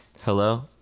Hello